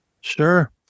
sure